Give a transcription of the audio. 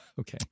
Okay